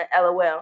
LOL